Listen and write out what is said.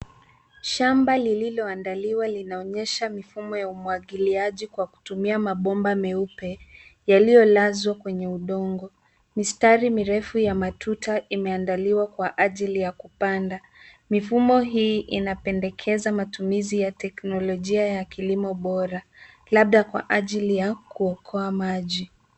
Shamba lililo andaliwa linaonyesha mifumo ya umwagiliaji kwa kutumia mabomba meupe yaliyo lazwa kwenye udongo. Mistari mirefu ya matuta ime andaliwa kwa ajili ya kupanda. Mifumo hii ina pendekeza matumizi ya teknolojia ya kilimo bora labda kwa ajili ya kuokoa maji.